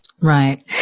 Right